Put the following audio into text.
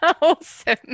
Awesome